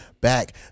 Back